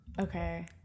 okay